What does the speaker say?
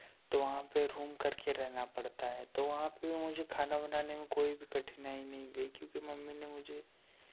तो वहाँ पे रूम करके रहना पड़ता है तो वहाँ पे मुझे खाना बनाने में कोई भी कठिनाई नहीं गई क्योंकि मम्मी ने मुझे